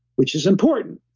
which is important.